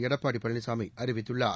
எடப்பாடி பழனிசாமி அறிவித்துள்ளார்